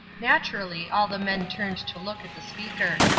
naturally all the men turned to look at the speaker.